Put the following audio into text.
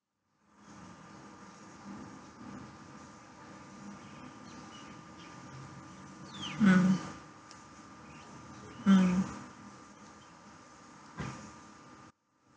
mm mm